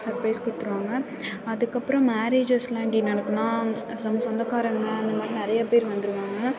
surprise கொடுத்துருவாங்க அதுக்கப்றம் மேரேஜஸ்லாம் எப்படி நடக்கும்னா நம்ம சொந்தக்காரங்க அந்த மாதிரி நிறையா பேர் வந்துடுவாங்க